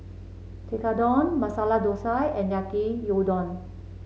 Tekkadon Masala Dosa and Yaki Udon